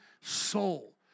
soul